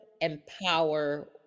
empower